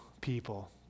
people